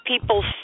people